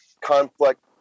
conflict